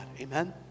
Amen